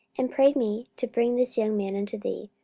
and prayed me to bring this young man unto thee,